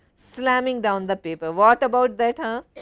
slamming down the paper, what about that?